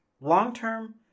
long-term